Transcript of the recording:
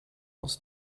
aus